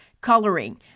coloring